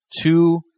two